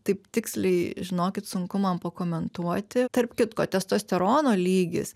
taip tiksliai žinokit sunku man pakomentuoti tarp kitko testosterono lygis